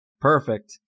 Perfect